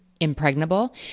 Impregnable